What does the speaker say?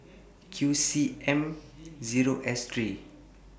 Q C M Zero S three